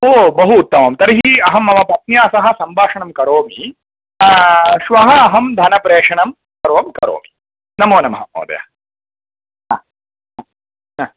ओ बहु उत्तमं तर्हि अहं मम पत्न्या सह सम्भाषणं करोमि श्वः अहं धनप्रेषणं सर्वं करोमि नमो नमः महोदय हा हा